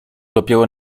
dopiero